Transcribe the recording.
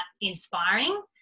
inspiring